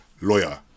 lawyer